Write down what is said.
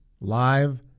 live